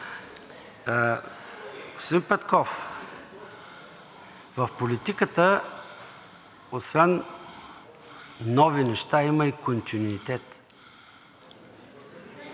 Господин Петков, в политиката освен нови неща има и континуитет.